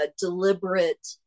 deliberate